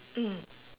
MM